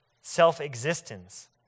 self-existence